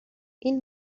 این